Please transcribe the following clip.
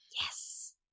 yes